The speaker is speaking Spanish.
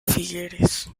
figueres